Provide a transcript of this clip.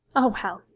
oh, well!